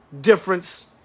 difference